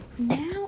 Now